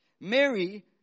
Mary